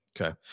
Okay